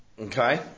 Okay